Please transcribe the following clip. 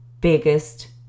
biggest